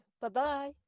Bye-bye